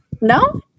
No